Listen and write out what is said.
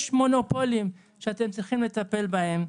יש מונופולים שאתם צריכים לטפל בהם.